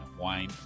wine